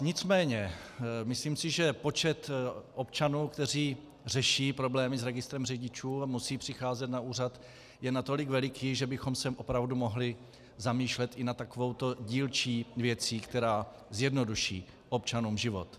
Nicméně si myslím, že počet občanů, kteří řeší problémy s registrem řidičů a musí přicházet na úřad, je natolik veliký, že bychom se opravdu mohli zamýšlet i nad takovouto dílčí věcí, která zjednoduší občanům život.